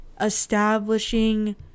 establishing